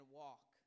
walk